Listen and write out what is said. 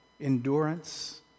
Endurance